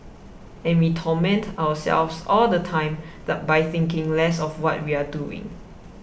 and we torment ourselves all the time that by thinking less of what we are doing